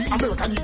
American